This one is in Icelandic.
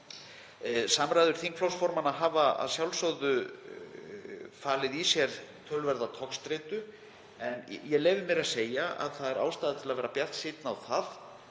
Samræður þingflokksformanna hafa að sjálfsögðu falið í sér töluverða togstreitu en ég leyfi mér að segja að ástæða er til að vera bjartsýnn á að